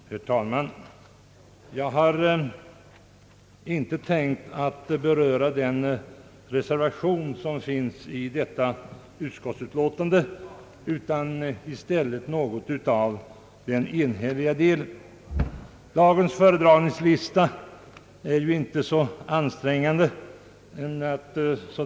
Herr talman! Jag har inte tänkt att beröra den reservation som finns fogad vid tredje lagutskottets utlåtande nr 31 utan i stället några av de frågor som tas upp i den enhälliga delen av utlåtandet.